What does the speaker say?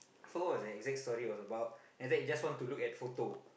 so what was the exact story was about end up you just want to look at photo